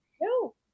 No